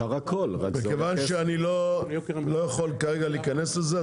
אבל מכיוון שאני לא יכול כרגע להיכנס לזה,